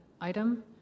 item